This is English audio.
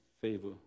favor